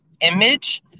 image